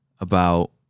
about-